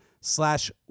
slash